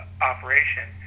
operation